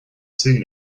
seen